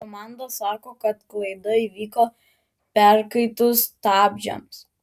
komanda sako kad klaida įvyko perkaitus stabdžiams